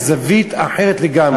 בזווית אחרת לגמרי.